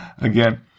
again